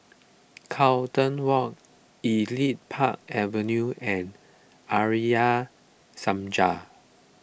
Carlton Walk Elite Park Avenue and Arya Samaj